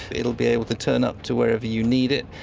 it will be able to turn up to wherever you need it,